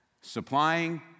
supplying